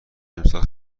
امسال